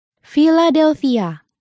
Philadelphia